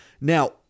Now